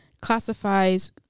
classifies